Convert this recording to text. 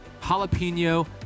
jalapeno